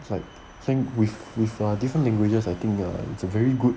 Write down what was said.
it's like think with with err different languages I think err it's a very good